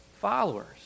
followers